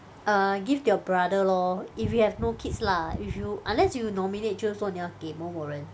err give to your brother lor if you have no kids lah if you unless you nominate 就是说你要给某某人